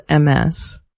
MS